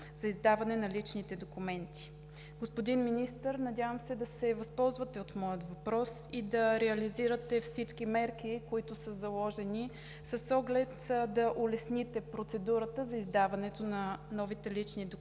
за издаване на личните документи. Господин Министър, надявам се да се възползвате от моя въпрос и да реализирате всички мерки, които са заложени, с оглед да улесните процедурата за издаването на новите лични документи